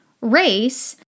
race